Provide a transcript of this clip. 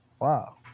wow